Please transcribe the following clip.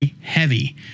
heavy